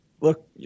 look